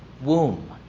womb